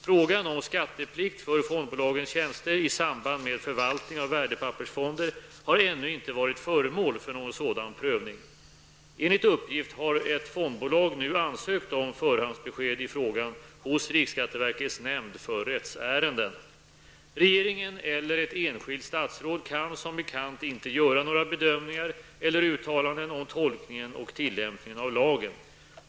Frågan om skatteplikt för fondbolagens tjänster i samband med förvaltning av värdepappersfonder har ännu inte varit föremål för någon sådan prövning. Enligt uppgift har ett fondbolag nu ansökt om förhandsbesked i frågan hos riksskatteverkets nämnd för rättsärenden. Regeringen eller ett enskilt statsråd kan som bekant inte göra några bedömningar eller uttalanden om tolkningen och tillämpningen av lagen.